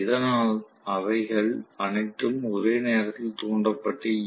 இதனால் அவைகள் அனைத்தும் ஒரே நேரத்தில் தூண்டப்பட்ட ஈ